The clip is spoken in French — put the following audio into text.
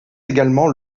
également